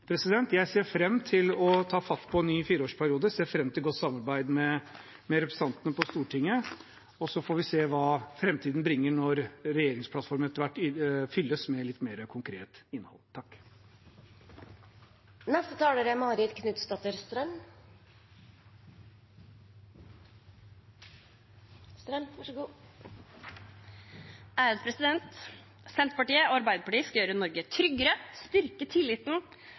Jeg ser fram til å ta fatt på en ny fireårsperiode. Jeg ser fram til godt samarbeid med representantene på Stortinget, og så får vi se hva framtiden bringer når regjeringsplattformen etter hvert fylles med litt mer konkret innhold.